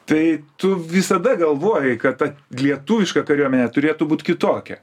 tai tu visada galvojai kad ta lietuviška kariuomenė turėtų būt kitokia